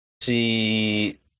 see